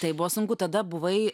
tai buvo sunku tada buvai